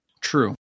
true